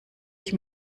ich